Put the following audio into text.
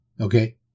Okay